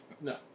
No